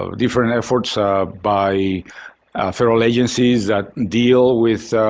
ah different and efforts ah by federal agencies that deal with